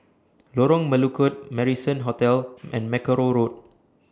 Lorong Melukut Marrison Hotel and Mackerrow Road